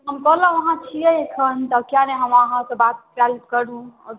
हम कहलहुँ अहाँ छियै एखन तऽ किए नहि हमरा अहाँसँ बात कयल करू